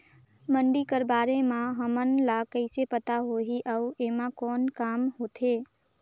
मंडी कर बारे म हमन ला कइसे पता होही अउ एमा कौन काम होथे?